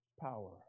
Power